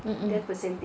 mm mm